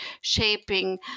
shaping